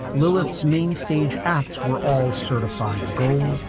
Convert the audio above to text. lilith's mainstage acts were all certified gold.